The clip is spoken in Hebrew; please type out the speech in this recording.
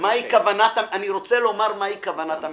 אני רוצה לומר מה היא כוונת המחוקק.